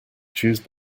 choose